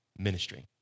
ministry